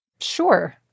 Sure